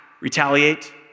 retaliate